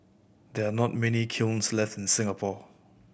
there are not many kilns left in Singapore